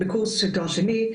בקורס של תואר שני,